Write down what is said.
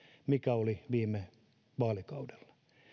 mikä oli viime vaalikaudella